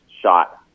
shot